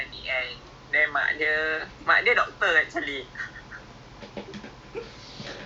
so I feel like if your mom is the psychologist then your daughter cannot be like that you know